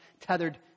tethered